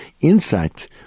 insight